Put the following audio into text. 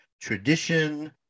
tradition